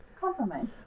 Compromise